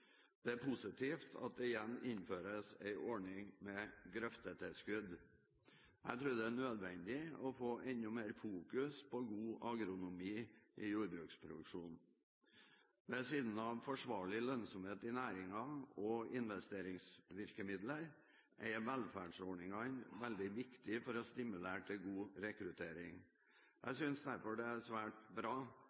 Det er positivt at det igjen innføres en ordning med grøftetilskudd. Jeg tror det er nødvendig å få enda mer fokus på god agronomi i jordbruksproduksjonen. Ved siden av forsvarlig lønnsomhet i næringen og investeringsvirkemidler er velferdsordningene veldig viktige for å stimulere til god rekruttering. Jeg synes derfor det er svært bra